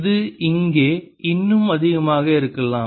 இது இங்கே இன்னும் அதிகமாக இருக்கலாம்